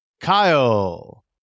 Kyle